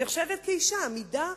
נחשבת כאשה אמידה.